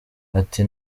ati